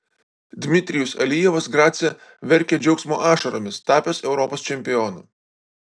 dmitrijus alijevas grace verkė džiaugsmo ašaromis tapęs europos čempionu